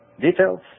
details